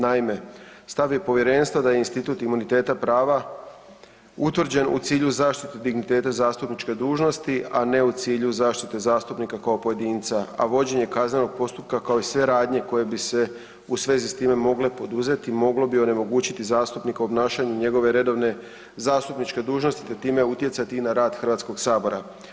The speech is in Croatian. Naime, stav je Povjerenstva da institut imuniteta prava utvrđen u cilju zaštite digniteta zastupničke dužnosti, a ne u cilju zaštite zastupnika kao pojedinca, a vođenje kaznenog postupka kao i sve radnje koje bi se u svezi s time mogle poduzeti moglo bi onemogućiti zastupnika u obnašanju njegove redovne zastupniče dužnosti te time utjecati i na rad HS-a.